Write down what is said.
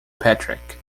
patrick